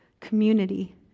community